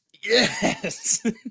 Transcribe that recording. Yes